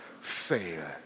fail